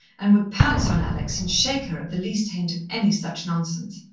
and would pounce on alex and shake her at the least hint of any such nonsense.